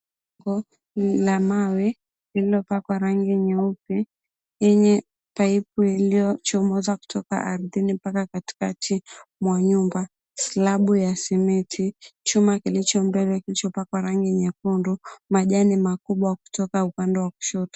...la mawe lililopakwa rangi nyeupe yenye paipu iliyochomoza kutoka ardhini mpaka katikati mwa nyumba. Slub ya simiti, chuma kilicho mbele kilichopakwa rangi nyekundu, majani makubwa kutoka upande wa kushoto.